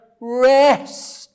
rest